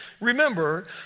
Remember